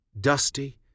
dusty